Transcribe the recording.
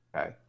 Okay